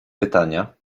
pytania